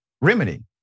remedy